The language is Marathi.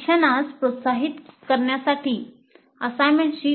शिक्षणाला प्रोत्साहित करण्यासाठी असाइनमेंट्सची